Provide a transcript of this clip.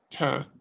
Okay